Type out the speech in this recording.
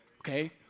okay